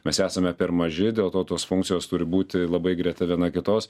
mes esame per maži dėl to tos funkcijos turi būti labai greta viena kitos